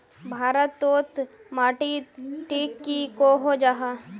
भारत तोत माटित टिक की कोहो जाहा?